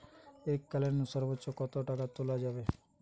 এককালীন সর্বোচ্চ কত টাকা তোলা যাবে?